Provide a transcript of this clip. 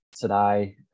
today